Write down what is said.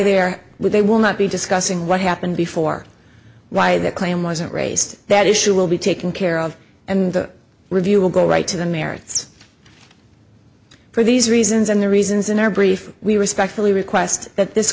would they will not be discussing what happened before why the claim wasn't raised that issue will be taken care of and the review will go right to the merits for these reasons and the reasons in our brief we respectfully request that this